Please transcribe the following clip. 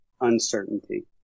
uncertainty